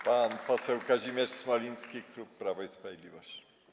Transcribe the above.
Pan poseł Kazimierz Smoliński, klub Prawo i Sprawiedliwość.